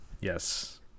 yes